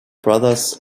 brothers